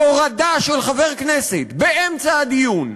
הורדה של חבר כנסת באמצע הדיון,